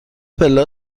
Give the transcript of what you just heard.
پله